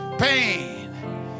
Pain